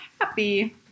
happy